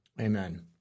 Amen